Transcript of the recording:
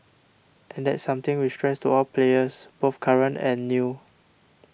and that's something we stress all players both current and new